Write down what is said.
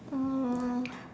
um